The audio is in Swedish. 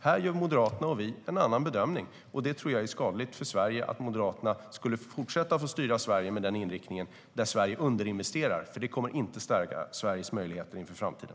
Här gör Moderaterna och vi olika bedömningar, och jag tror att det vore skadligt för Sverige om Moderaterna fick fortsätta styra Sverige med en inriktning där Sverige underinvesterar. Det stärker nämligen inte Sveriges möjligheter inför framtiden.